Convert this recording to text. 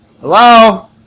Hello